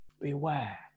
beware